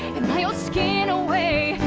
skin away,